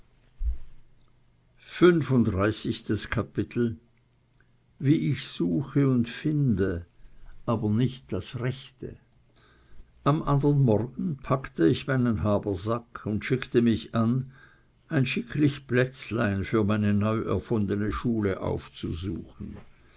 wie ich suche und finde aber nicht das rechte am andern morgen packte ich meinen habersack und schickte mich an ein schicklich plätzlein für meine neuerfundene schule aufzusuchen